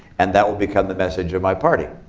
and that will become the message of my party.